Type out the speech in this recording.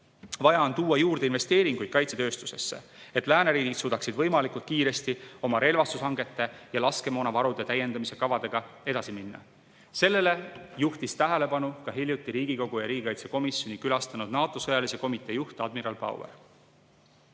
Vaja on tuua juurde investeeringuid kaitsetööstusesse, et lääneriigid suudaksid võimalikult kiiresti oma relvastushangete ja laskemoonavarude täiendamise kavadega edasi minna. Sellele juhtis hiljuti tähelepanu ka Riigikogu ja riigikaitsekomisjoni külastanud NATO sõjalise komitee juht admiral Bauer.